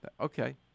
Okay